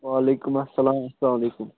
وعلیکُم اَلسلام اَلسلام علیکُم